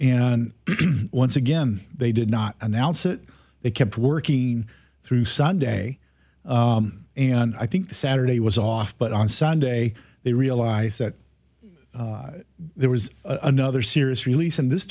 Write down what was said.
and once again they did not announce it they kept working through sunday and i think saturday was off but on sunday they realized that there was another serious release and this